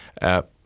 app